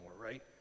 right